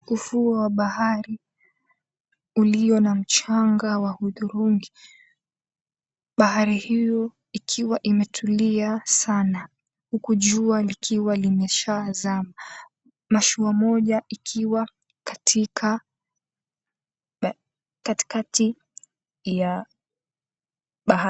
Ufuo wa bahari ulio na mchanga wa hudhurungi, bahari hiyo ikiwa imetulia sana huku jua likiwa limeshazama, mashua mashua moja ikiwa katikati ya bahari.